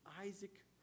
Isaac